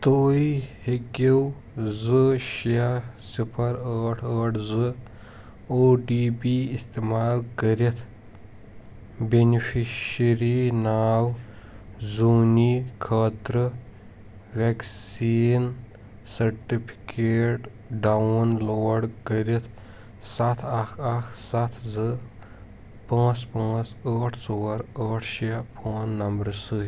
تُہۍ ہیٚکِو زٕ شےٚ صِفَر ٲٹھ ٲٹھ زٕ او ٹی پی اِستعمال کٔرِتھ بیٚنِفِشٔری ناو زوٗنی خٲطرٕ وٮ۪کسیٖن سٔٹفِکیٹ ڈاوُن لوڈ کٔرِتھ سَتھ اَکھ اَکھ سَتھ زٕ پانٛژھ پانٛژھ ٲٹھ ژور ٲٹھ شےٚ فون نَمبرٕ سۭتۍ